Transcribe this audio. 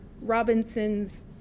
Robinson's